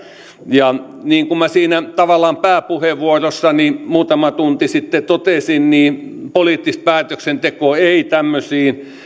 ja niin kuin siinä tavallaan pääpuheenvuorossani muutama tunti sitten totesin poliittista päätöksentekoa ei tämmöisiin